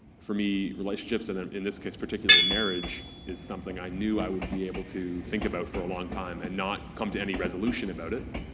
for me, relationships and in this case, particularly marriage is something i knew i would be able to think about for a long time and not come to any resolution about it.